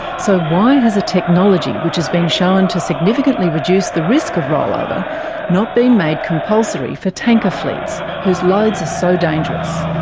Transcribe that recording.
so why has a technology which has been shown to significantly reduce the risk of rollover not been made compulsory for tanker fleets whose loads are so dangerous?